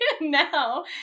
Now